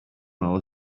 nuovo